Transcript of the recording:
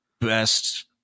best